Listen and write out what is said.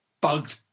bugged